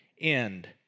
end